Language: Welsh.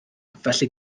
felly